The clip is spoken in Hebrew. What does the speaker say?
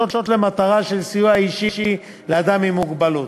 למטרה של סיוע אישי לאדם עם המוגבלות.